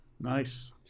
Nice